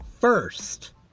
first